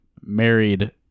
married